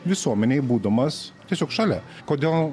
visuomenėj būdamas tiesiog šalia kodėl